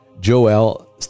Joel